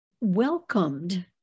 welcomed